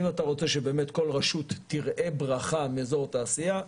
אם אתה רוצה שבאמת כל רשות תראה ברכה מאזור תעשייה,